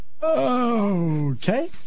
Okay